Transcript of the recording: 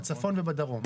בצפון ובדרום.